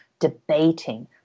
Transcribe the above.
Debating